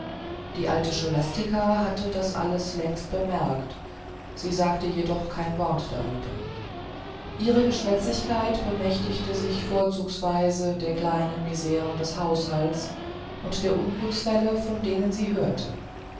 die alte scholastica hatte das alles längst bemerkt sie sagte jedoch kein wort darüber ihre geschwätzigkeit bemächtigte sich vorzugsweise der kleinen misren des haushalts und der unglücksfälle von denen sie hörte